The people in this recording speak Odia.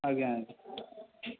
ଆଜ୍ଞା ଆଜ୍ଞା